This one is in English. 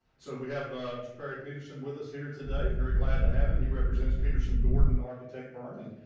so we have mr. perry peterson with us here today. very glad to have him he represents peterson gordon architect berman,